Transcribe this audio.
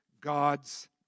God's